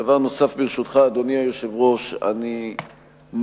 דבר נוסף, ברשותך, אדוני היושב-ראש, אני מוכרח,